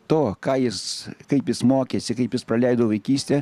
to ką jis kaip jis mokėsi kaip jis praleido vaikystę